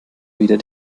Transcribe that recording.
weder